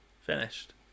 finished